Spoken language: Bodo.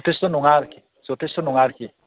जथेस्त' नङा आरखि जथेस्त' नङा आरखि